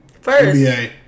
First